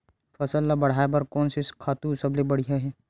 फसल ला बढ़ाए बर कोन से खातु सबले बढ़िया हे?